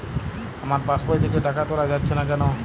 আমার পাসবই থেকে টাকা তোলা যাচ্ছে না কেনো?